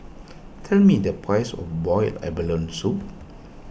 tell me the price of Boiled Abalone Soup